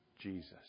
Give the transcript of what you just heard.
Jesus